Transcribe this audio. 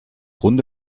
runde